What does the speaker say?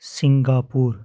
Singapore